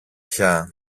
πια